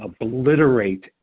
obliterate